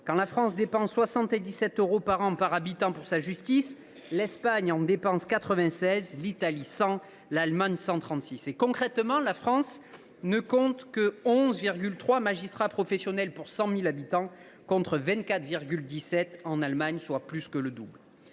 Quand la France dépense 77 euros par an et par habitant pour sa justice, l’Espagne dépense 96 euros, l’Italie 100 euros et l’Allemagne 136 euros. Concrètement, la France ne compte que 11,3 magistrats professionnels pour 100 000 habitants, contre 24,17 en Allemagne, soit plus du double.